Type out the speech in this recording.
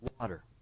water